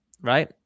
right